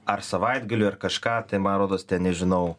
ar savaitgaliui ar kažką tai man rodos ten nežinau